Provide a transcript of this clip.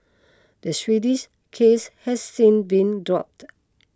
the Swedish case has since been dropped